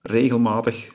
regelmatig